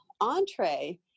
entree